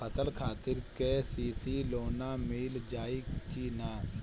फसल खातिर के.सी.सी लोना मील जाई किना?